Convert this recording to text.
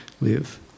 live